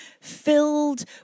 filled